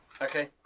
Okay